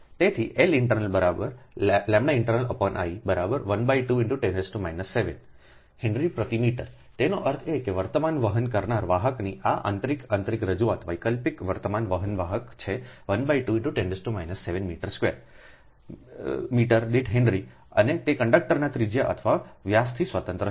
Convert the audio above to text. તેથીLintλIint 12 ×10−7 henry પ્રતિ મીટરતેનો અર્થ એ કે વર્તમાન વહન કરનાર વાહકની આ આંતરિક આંતરિક રજૂઆત વૈકલ્પિક વર્તમાન વહન વાહક છે 12×10 7મીટર દીઠ હેનરી અને તેકંડક્ટરનાત્રિજ્યા અથવા વ્યાસથી સ્વતંત્ર છે